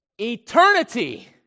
Eternity